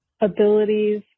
Abilities